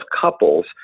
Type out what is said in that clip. couples